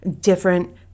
different